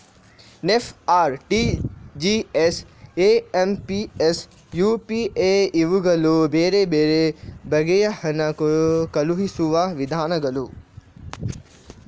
NEFT, RTGS, IMPS, UPI ಇವುಗಳು ಬೇರೆ ಬೇರೆ ಬಗೆಯ ಹಣ ಕಳುಹಿಸುವ ವಿಧಾನಗಳು